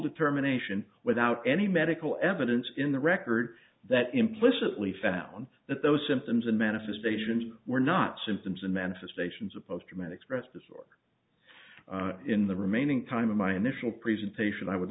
determination without any medical evidence in the record that implicitly found that those symptoms and manifestations were not symptoms and manifestations of post traumatic stress disorder in the remaining time of my initial presentation i would